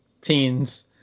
teens